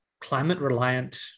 climate-reliant